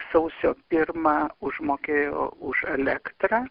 sausio pirmą užmokėjo už elektrą